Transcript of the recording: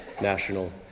national